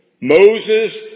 Moses